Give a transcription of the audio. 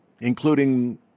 including